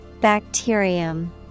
Bacterium